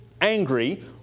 angry